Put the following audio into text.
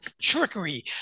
trickery